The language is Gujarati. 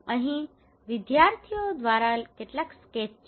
અહીં વિદ્યાર્થીઓ દ્વારા કરાયેલા કેટલાક સ્કેચ છે